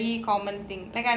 a very common thing